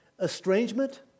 Estrangement